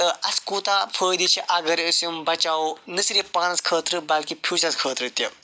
تہ اَسہِ کوٗتاہ فٲیدٕ چھِ اگر أسۍ یِم بچاوو نہَ صِرِف پانس خٲطرٕ بٔلکہِ فیٛوٗچرس خٲطرٕ تہِ